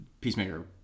Peacemaker